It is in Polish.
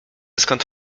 skąd